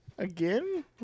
Again